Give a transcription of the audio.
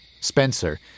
Spencer